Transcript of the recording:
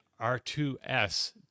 R2S